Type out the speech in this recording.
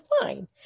fine